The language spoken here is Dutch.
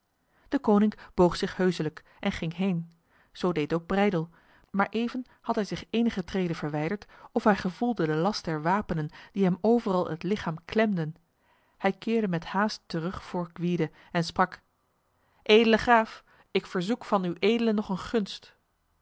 deconinck boog zich heuselijk en ging heen zo deed ook breydel maar even had hij zich enige treden verwijderd of hij gevoelde de last der wapenen die hem overal het lichaam klemden hij keerde met haast terug voor gwyde en sprak edele graaf ik verzoek van uedele nog een gunst